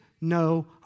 no